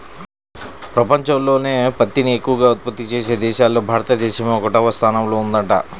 పెపంచంలోనే పత్తిని ఎక్కవగా ఉత్పత్తి చేసే దేశాల్లో భారతదేశమే ఒకటవ స్థానంలో ఉందంట